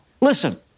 Listen